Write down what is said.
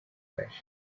baje